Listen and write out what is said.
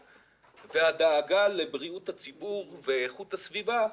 והדאגה לבריאות הציבור ואיכות הסביבה,